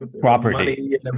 property